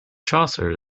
chaucer